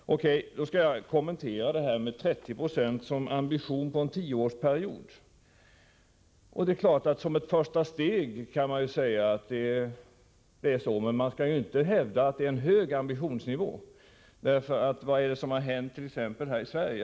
I det sammanhanget vill jag kommentera det som nämns i svaret om förslaget om en ambitionsnivå motsvarande 30 96 minskning av svavelutsläppen under en tioårsperiod. Det är klart att förslaget är positivt som ett första steg i arbetet för att minska luftföroreningsutsläppen, men man kan inte hävda att det är en hög ambitionsnivå. Vi kan jämföra med vad som skett t.ex. här i Sverige.